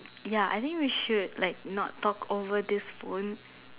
ya I think we should like not talk over this phone